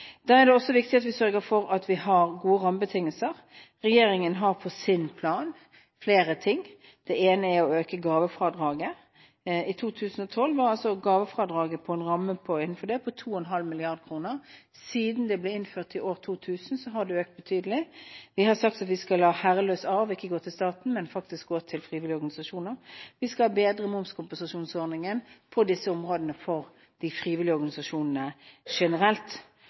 er det også viktig at vi sørger for at vi har gode rammebetingelser. Regjeringen har flere ting på sin plan. Det ene er å øke gavefradraget. I 2012 var gavefradraget innenfor en ramme på 2,5 mrd. kr. Siden det ble innført i år 2000, har det økt betydelig. Vi har sagt at herreløs arv ikke skal gå til staten, men til frivillige organisasjoner. Vi skal bedre momskompensasjonsordningen på disse områdene for de frivillige organisasjonene generelt.